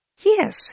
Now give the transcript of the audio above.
Yes